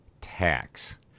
tax